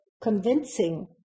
convincing